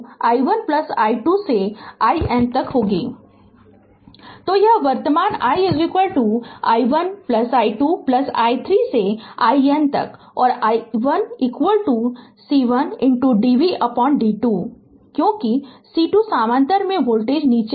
Refer slide time 1326 तो यह वर्तमान i i1 i2 i3 से iN तक और i1 C1 dvdt क्योंकि C2 समानांतर में वोल्टेज नीचे है